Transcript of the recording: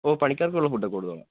ഓ പണിക്കാർക്കുള്ള ഫുഡൊക്കെ കൊടുത്തോളാം